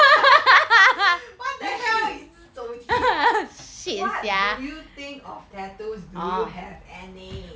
what the hell is 手机 eh what do you think of tattoos do you have any